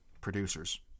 producers